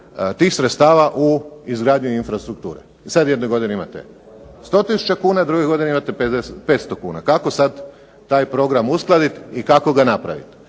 tih sredstava u izgradnji infrastrukture. Sad jedne godine imate 100 tisuća kuna, druge godine imate 500 kuna. Kako sad taj program uskladiti i kako ga napraviti.